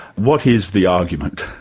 what is the argument?